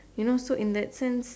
you know so in that sense